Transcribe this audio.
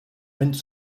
mince